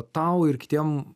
tau ir kitiem